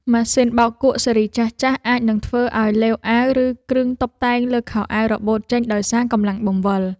ម៉ាស៊ីនបោកគក់ស៊េរីចាស់ៗអាចនឹងធ្វើឱ្យឡេវអាវ ឬគ្រឿងតុបតែងលើខោអាវរបូតចេញដោយសារកម្លាំងបង្វិល។